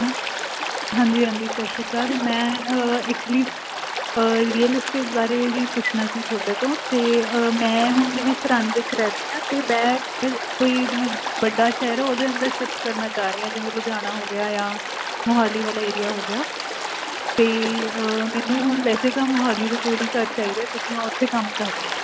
ਹਾ ਹਾਂਜੀ ਹਾਂਜੀ ਸਤਿ ਸ਼੍ਰੀ ਅਕਾਲ ਮੈਂ ਐਕਚੁਅਲੀ ਰੀਅਲ ਸਟੇਸ ਬਾਰੇ ਹੀ ਪੁੱਛਣਾ ਸੀ ਤੁਹਾਡੇ ਤੋਂ ਅਤੇ ਮੈਂ ਹੁਣ ਜਿਵੇਂ ਸਰਹਿੰਦ 'ਚ ਰਹਿਦੀ ਹਾਂ ਅਤੇ ਮੈਂ ਕੋਈ ਜਿਵੇਂ ਵੱਡਾ ਸ਼ਹਿਰ ਉਹਦੇ ਅੰਦਰ ਸ਼ਿਫਟ ਕਰਨਾ ਚਾਹ ਰਹੀ ਹਾਂ ਜਿਵੇਂ ਲੁਧਿਆਣਾ ਹੋ ਗਿਆ ਜਾਂ ਮੋਹਾਲੀ ਵਾਲਾ ਏਰੀਆ ਹੋ ਗਿਆ ਤੇ ਮੈਨੂੰ ਹੁਣ ਵੈਸੇ ਤਾਂ ਮੋਹਾਲੀ ਦੇ ਕੋਲ ਹੀ ਘਰ ਚਾਹੀਦਾ ਕਿਉਂਕਿ ਮੈਂ ਉੱਥੇ ਕੰਮ ਕਰ ਰਹੀ ਹਾਂ